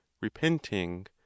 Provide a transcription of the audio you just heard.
repenting